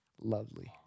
Lovely